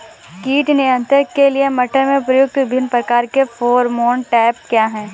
कीट नियंत्रण के लिए मटर में प्रयुक्त विभिन्न प्रकार के फेरोमोन ट्रैप क्या है?